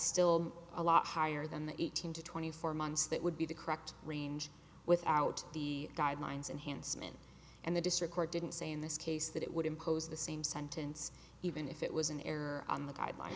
still a lot higher than the eighteen to twenty four months that would be the correct range without the guidelines and hansen and the district court didn't say in this case that it would impose the same sentence even if it was an error on the guidelines